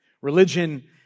Religion